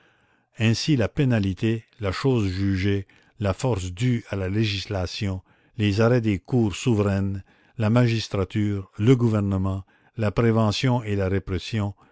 ainsi la pénalité la chose jugée la force due à la législation les arrêts des cours souveraines la magistrature le gouvernement la prévention et la répression